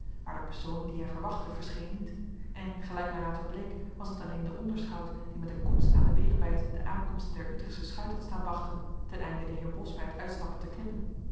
maar de persoon dien hij verwachtte verscheen niet en gelijk mij later bleek was het alleen de onderschout die met een koets aan de beerebijt de aankomst der utrechtsche schuit had staan wachten ten einde den heer bos bij het uitstappen te knippen